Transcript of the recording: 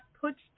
puts